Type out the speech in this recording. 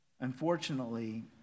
Unfortunately